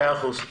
מאה אחוז.